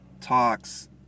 talks